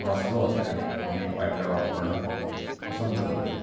थोडा स्लो असल्याने आम्ही वाय फाय वापरणं पसंत करतो